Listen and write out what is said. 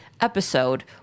episode